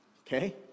okay